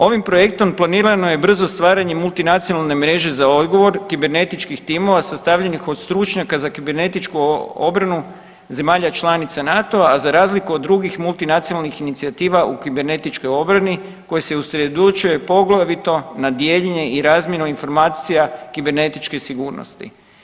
Ovim projektom planirano je brzo stvaranje multinacionalne mreže za odgovor kibernetičkih timova sastavljenih od stručnjaka za kibernetičku obranu zemalja članica NATO-a, a za razliku od drugih multinacionalnih inicijativa u kibernetičkoj obrani koji se usredotočuje poglavito na dijeljenje i razmjenu informacija kibernetičke sigurnosti.